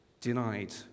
denied